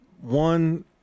one